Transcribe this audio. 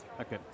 Okay